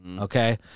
Okay